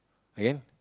again